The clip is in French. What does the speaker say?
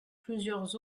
plusieurs